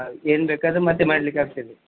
ಹಾಂ ಏನು ಬೇಕಾದ್ರೆ ಮತ್ತು ಮಾಡ್ಲಿಕ್ಕೆ ಆಗ್ತದೆ